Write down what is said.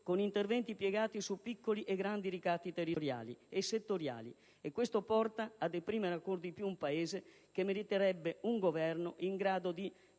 con interventi piegati su piccoli e grandi ricatti territoriali e settoriali. Questo porta a deprimere ancor di più un Paese che meriterebbe un Governo in grado di